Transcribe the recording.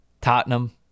Tottenham